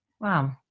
Wow